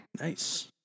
Nice